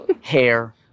hair